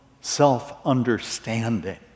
self-understanding